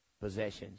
possessions